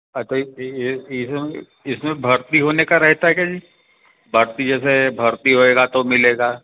अच्छा इसमें भर्ती होने का रहता है क्या जी भर्ती जैसे भर्ती होएगा तो मिलेगा